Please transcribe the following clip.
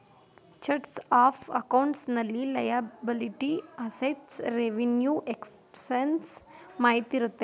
chart of accounts ನಲ್ಲಿ liability, assets, revenue expenses ಮಾಹಿತಿ ಇರುತ್ತೆ